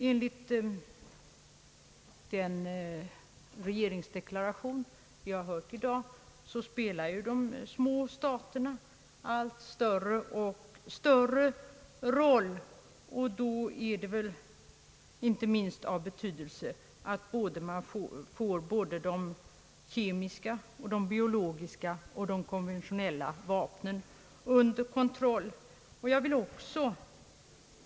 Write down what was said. Enligt den regeringsdeklaration vi har hört i dag spelar de små staterna allt större och större roll. Då är det väl inte minst av betydelse att man får både de kemiska, de biologiska och de konventionella vapnen under kontroll.